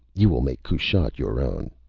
you will make kushat your own.